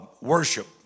worship